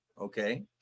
Okay